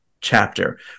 chapter